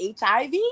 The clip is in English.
HIV